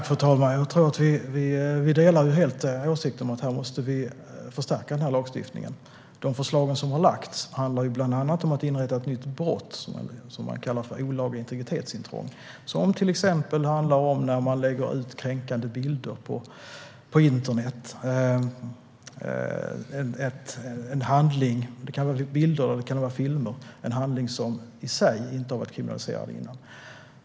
Fru talman! Jag delar helt åsikten att vi måste förstärka den här lagstiftningen. De förslag som har lagts fram handlar bland annat om att inrätta ett nytt brott som man kallar för olaga integritetsintrång. Det handlar till exempel om att man lägger ut kränkande bilder eller filmer på internet. Det är en handling som i sig inte har varit kriminaliserad tidigare.